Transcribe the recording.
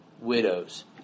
widows